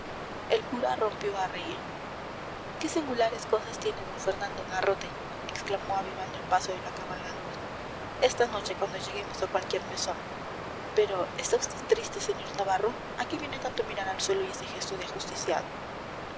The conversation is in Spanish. el cura rompió a reír qué singulares cosas tiene d fernando garrote exclamó avivando el paso de la cabalgadura esta noche cuando lleguemos a cualquier mesón pero está vd triste señor navarro a qué viene tanto mirar al suelo y ese gesto de ajusticiado